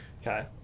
Okay